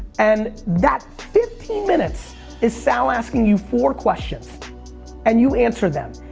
and that fifteen minutes is sal asking you four questions and you answer them.